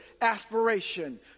aspiration